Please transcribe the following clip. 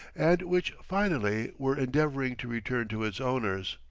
and which, finally, we're endeavoring to return to its owners.